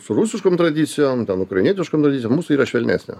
su rusiškom tradicijom ten ukrainietiškom mūsų yra švelnesnio